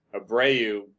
Abreu